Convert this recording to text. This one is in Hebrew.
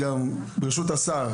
גם ברשות השר,